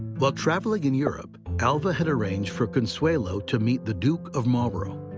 while traveling in europe, alva had arranged for consuelo to meet the duke of marlborough,